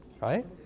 right